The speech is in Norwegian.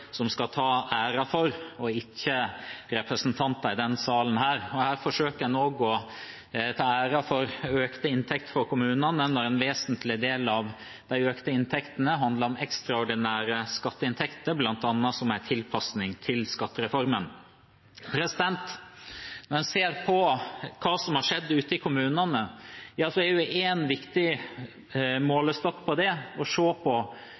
som skal ta æren for, og ikke representanter i denne salen. Her forsøker en også å ta æren for økte inntekter for kommunene når en vesentlig del av de økte inntektene handler om ekstraordinære skatteinntekter, bl.a. som en tilpasning til skattereformen. Når en ser på hva som har skjedd ute i kommunene, er én viktig målestokk på det å se på